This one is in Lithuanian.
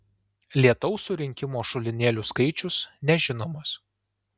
lietaus surinkimo šulinėlių skaičius nežinomas